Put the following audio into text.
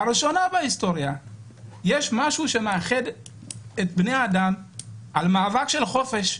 יש משהו שמאחד את בני האדם - מאבק של חופש.